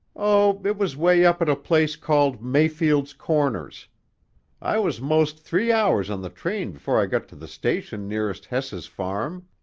oh, it was way up at a place called mayfield's corners i was most three hours on the train before i got to the station nearest hess's farm.